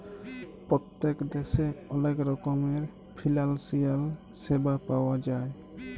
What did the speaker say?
পত্তেক দ্যাশে অলেক রকমের ফিলালসিয়াল স্যাবা পাউয়া যায়